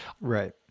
Right